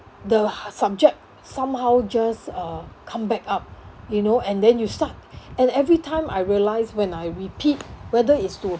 the subject somehow just uh come back up you know and then you stuck and every time I realised when I repeat whether is to